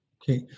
Okay